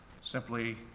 Simply